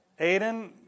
Aiden